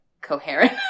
coherent